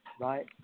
right